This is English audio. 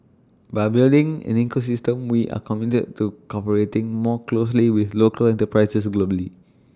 by building an ecosystem we are committed to cooperating more closely with local enterprises globally